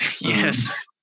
Yes